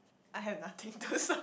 I have nothing to